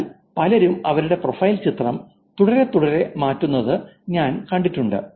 എന്നാൽ പലരും അവരുടെ പ്രൊഫൈൽ ചിത്രം തുടരെ തുടരെ മാറ്റുന്നത് ഞാൻ കണ്ടിട്ടുണ്ട്